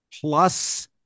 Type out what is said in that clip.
Plus